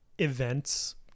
events